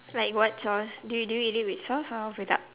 like what sauce do you do you eat it with sauce or without